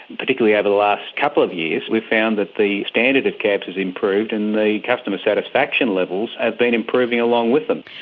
particularly over the last couple of years we've found that the standard of cabs has improved and the customer satisfaction levels have been improving along with them.